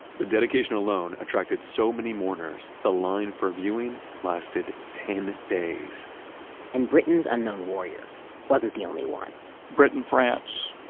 the dedication alone attracted so many mourners, the line for viewing lasted ten days and britain's unknown warrior wasn't the only one britain, france,